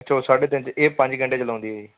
ਅੱਛਾ ਉਹ ਸਾਢੇ ਤਿੰਨ 'ਚ ਇਹ ਪੰਜ ਘੰਟੇ 'ਚ ਲਾਉਂਦੀ ਹੈ ਜੀ